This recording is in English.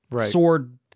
sword